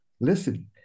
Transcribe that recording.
Listen